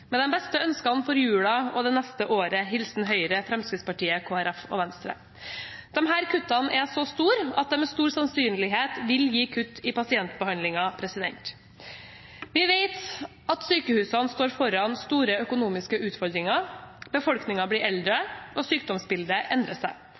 Med de beste ønsker for julen og det neste året! Hilsen Høyre, Fremskrittspartiet, Kristelig Folkeparti og Venstre. Disse kuttene er så store at de med stor sannsynlighet vil gi kutt i pasientbehandlingen. Vi vet at sykehusene står foran store økonomiske utfordringer: Befolkningen blir eldre,